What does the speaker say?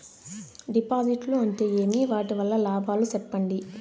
డిపాజిట్లు అంటే ఏమి? వాటి వల్ల లాభాలు సెప్పండి?